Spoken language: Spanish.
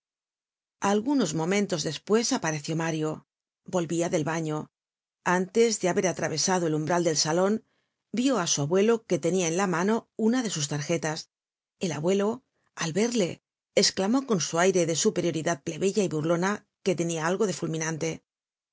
algunos momentos despues apareció mario volvia del baño antes le haber atravesado el umbral del salon vió á su abuelo que tenia en la mano una de sus tarjetas el abuelo al verle esclamó con su aire de superioridad plebeya y burlona que tenia algo de fulminante